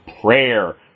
prayer